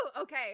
Okay